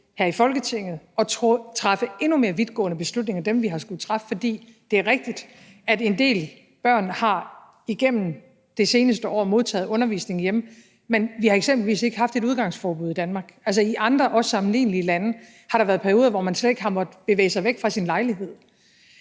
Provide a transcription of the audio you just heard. været tvunget til at træffe endnu mere vidtgående beslutninger end dem, vi har skullet træffe. For det er rigtigt, at en del børn igennem det seneste år har modtaget undervisning hjemme, men at vi eksempelvis ikke har haft et udgangsforbud i Danmark. Altså, i andre lande, også sammenlignelige lande, har der været perioder, hvor man slet ikke har måttet bevæge sig væk fra sin lejlighed.